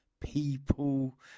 people